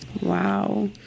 Wow